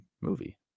movie